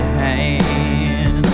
hand